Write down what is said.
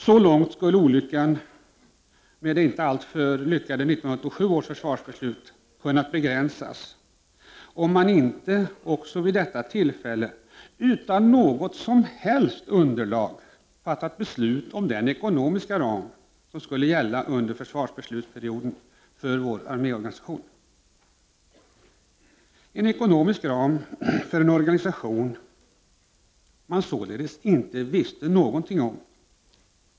Så långt skulle vidden av olyckan med 1987 års försvarsbeslut kunnat begränsas, om man inte vid detta tillfälle — utan något som helst underlag — fattat beslut om den ekonomiska ram som skulle gälla för vår arméorganisation under försvarsbeslutsperioden. Man hade uppsatt en ekonomisk ram för en organisation som man inte visste någonting om.